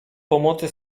pomocy